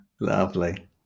Lovely